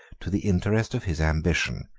to the interest of his ambition,